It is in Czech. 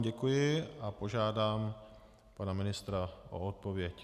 Děkuji vám a požádám pana ministra o odpověď.